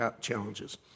challenges